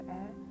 air